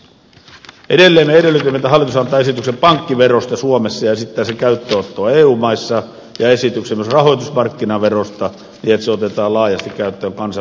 edelleen me edellytimme että hallitus antaa esityksen pankkiverosta suomessa ja esittää sen käyttöönottoa eu maissa ja esityksen myös rahoitusmarkkinaverosta niin että se otetaan laajasti käyttöön kansainvälisillä rahoitusmarkkinoilla